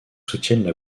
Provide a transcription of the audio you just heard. soutiennent